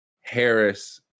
Harris